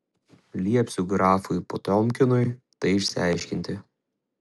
liepsiu grafui potiomkinui tai išsiaiškinti